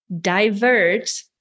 divert